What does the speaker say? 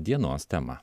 dienos tema